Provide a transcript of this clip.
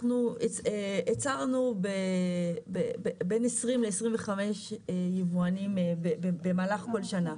הצהרנו בין 20 ל-25 יבואנים במהלך כל שנה.